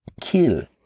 kill